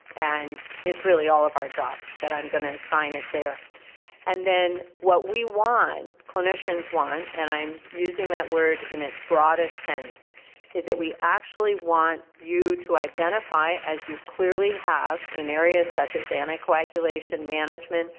and it's really all of our jobs but i'm going to assign it there and then what we want, clinicians want, and i'm using that word in its broadest sense is that we actually want you to identify as you clearly have in areas such as anti-coagulation management,